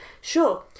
Sure